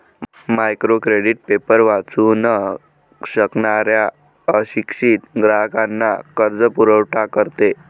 micro credit paper वाचू न शकणाऱ्या अशिक्षित ग्राहकांना कर्जपुरवठा करते